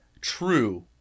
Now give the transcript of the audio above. true